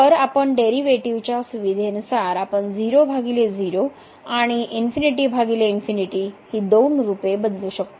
तर आपण डेरीवेटीव च्या सुविधेनुसार आपण 00 आणि ही दोन रूपे बदलू शकतो